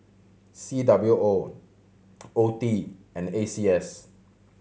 C W O O T and A C S